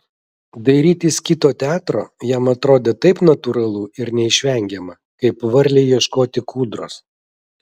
dairytis kito teatro jam atrodė taip natūralu ir neišvengiama kaip varlei ieškoti kūdros